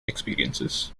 experiences